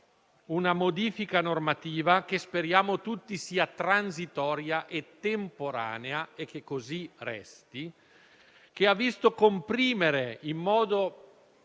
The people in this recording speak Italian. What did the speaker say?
una modifica normativa - che speriamo tutti sia transitoria e temporanea, e che così resti - che ha visto comprimere in modo